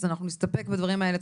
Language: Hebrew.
אז אנחנו נסתפק בדברים האלה.